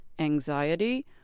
anxiety